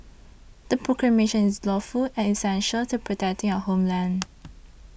the proclamation is lawful and essential to protecting our homeland